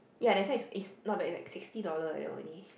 ya that's why it's it's not bad like sixty dollar eh only